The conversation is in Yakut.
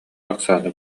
оксана